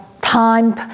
time